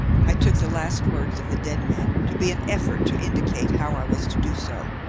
i took the last words of the dead man to be an effort to indicate how i was to do so,